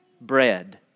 bread